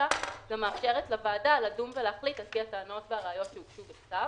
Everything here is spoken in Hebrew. מאפשרת לוועדה לדון ולהחליט על פי הטענות והראיות שהוגשו בכתב,